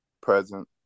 present